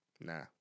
nah